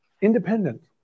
independent